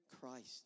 Christ